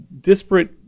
disparate